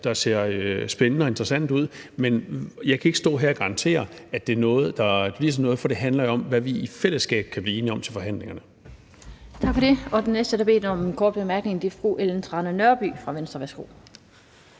der ser spændende og interessant ud; men jeg kan ikke stå her og garantere, at det er noget, der bliver til noget, for det handler jo om, hvad vi i fællesskab kan blive enige om til forhandlingerne. Kl. 19:00 Den fg. formand (Annette Lind): Tak for det. Den næste, der har bedt om en kort bemærkning, er fru Ellen Trane Nørby fra Venstre. Værsgo.